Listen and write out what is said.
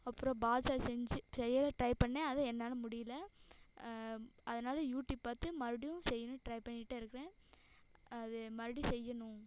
அப்பறம் பாதுஷா செஞ்சு செய்ய தான் ட்ரை பண்ணேன் அது என்னால் முடியல அதனால் யூடியூப் பார்த்து மறுபடியும் செய்யணும்னு ட்ரை பண்ணிகிட்டே இருக்கிறேன் அது மறுபடி செய்யணும்